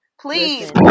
please